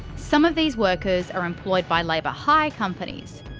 some of these workers are employed by labour hire companies,